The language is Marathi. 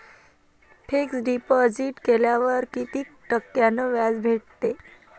फिक्स डिपॉझिट केल्यावर कितीक टक्क्यान व्याज भेटते?